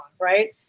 right